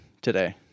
today